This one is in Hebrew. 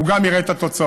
הוא גם יראה את התוצאות.